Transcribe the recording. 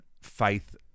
faith